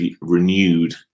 renewed